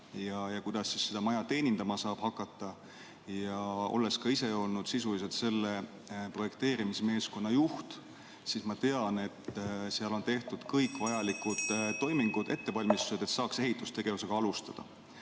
kuidas seda maja teenindama saab hakata. Olles ka ise olnud sisuliselt selle projekteerimismeeskonna juht, siis ma tean, et seal on tehtud kõik vajalikud (Juhataja helistab kella.) toimingud ja ettevalmistused, et saaks ehitustegevusega alustada.